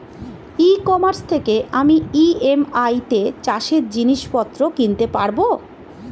E commerce থেকে আমি EMI তে চাষে জিনিসপত্র কিনতে পারব?